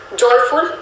joyful